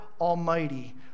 Almighty